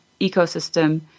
ecosystem